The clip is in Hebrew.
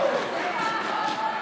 ההצבעה: